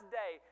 day